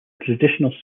traditional